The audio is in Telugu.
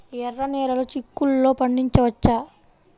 ఎర్ర నెలలో చిక్కుల్లో పండించవచ్చా?